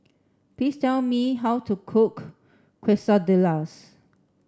please tell me how to cook Quesadillas